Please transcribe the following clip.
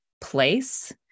place